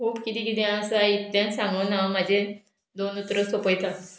खूब किदें किदें आसा इतलेंत सांगून हांव म्हाजें दोन उतरां सोंपयतां